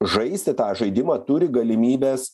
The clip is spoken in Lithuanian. žaisti tą žaidimą turi galimybes